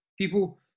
people